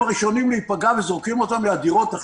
הם הראשונים להיפגע וזורקים אותם מן הדירות עכשיו.